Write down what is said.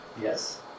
Yes